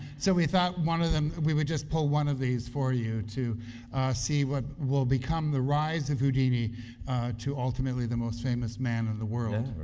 so, we thought one of them, we would just pull one of these for you to see what will become the rise of houdini so ultimately the most famous man in the world.